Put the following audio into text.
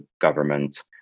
government